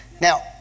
Now